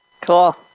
Cool